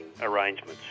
arrangements